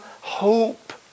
hope